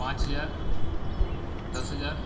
पाँच हज़ार दस हज़ार